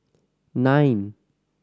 nine